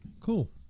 Cool